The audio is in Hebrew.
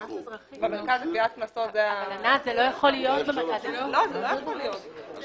אבל זה לא יכול להיות במרכז לגביית קנסות.